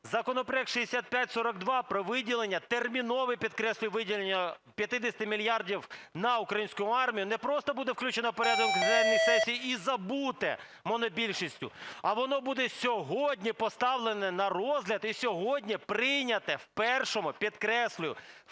законопроект 6542 про виділення (термінове, підкреслюю, виділення) 50 мільярдів на українську армію не просто буде включено у порядок денний сесії і забуте монобільшістю, а воно буде сьогодні поставлено на розгляд і сьогодні прийняте в першому, підкреслюю,